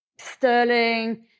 sterling